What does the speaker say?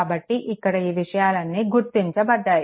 కాబట్టి ఇక్కడ ఈ విషయాలన్నీ గుర్తించబడ్డాయి